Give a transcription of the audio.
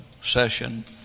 session